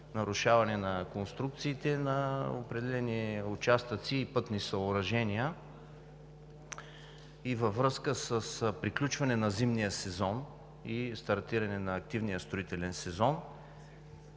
нарушаване на конструкциите на определени участъци и пътни съоръжения. С приключване на зимния сезон и стартиране на активния строителен сезон